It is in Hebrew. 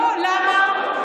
למה?